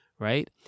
Right